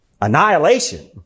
Annihilation